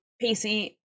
Pacey